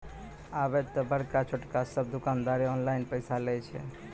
आबे त बड़का छोटका सब दुकानदारें ऑनलाइन पैसा लय छै